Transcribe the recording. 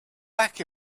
back